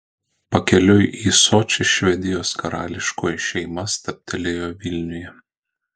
pakeliui į sočį švedijos karališkoji šeima stabtelėjo vilniuje